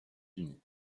unis